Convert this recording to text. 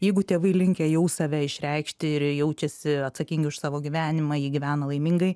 jeigu tėvai linkę jau save išreikšti ir jaučiasi atsakingi už savo gyvenimą jie gyvena laimingai